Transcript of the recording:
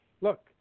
look